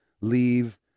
leave